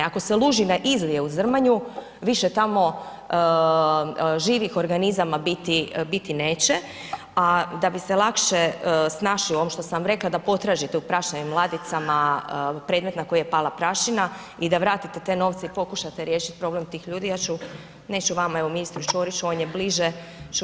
Ako se lužine izliju u Zrmanju, više tamo živih organizama biti neće a da bi se lakše snašli u ovom što sam vam rekla, da potražite u prašnjavim ladicama, predmet na koji je pala prašina i da vratite te novce i pokušate riješiti problem tih ljudi, ja ću, neću vama, evo ministru Ćoriću, on je bliže ću